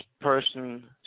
person